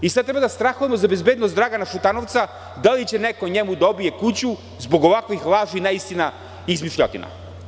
I sada treba da strahujemo za bezbednost Dragana Šutanovca da li će neko njemu da obije kuću zbog ovakvih laži i neistina i izmišljotina.